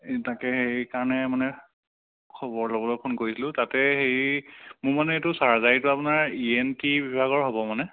এই তাকে সেইকাৰণে মানে খবৰ ল'বলৈ ফোন কৰিলোঁ তাতে হেৰি মোৰ মানে এইটো চাৰ্জাৰীটো আপোনাৰ ই এন টি বিভাগৰ হ'ব মানে